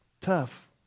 tough